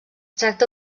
tracta